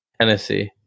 Tennessee